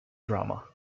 drama